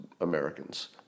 Americans